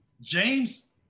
James